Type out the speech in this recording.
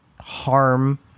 harm